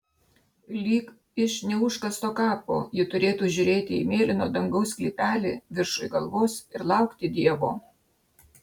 lyg iš neužkasto kapo ji turėtų žiūrėti į mėlyno dangaus sklypelį viršuj galvos ir laukti dievo